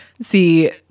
see